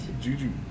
Juju